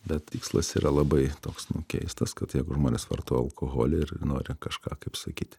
bet tikslas yra labai toks nu keistas kad jeigu žmonės vartoja alkoholį ir nori kažką kaip sakyt